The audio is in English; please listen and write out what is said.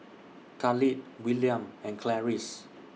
Khalil Willam and Clarice